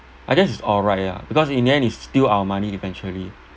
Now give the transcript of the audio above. I guess it's alright ya because in the end it's still our money eventually